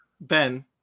Ben